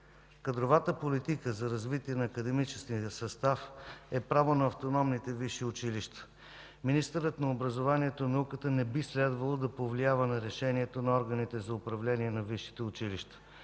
Кадровата политика за развитие на академичния състав е право на автономните висши училища. Министърът на образованието е науката не би следвало да повлиява на решението на органите за управление на висшите училища.